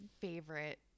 favorite